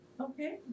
okay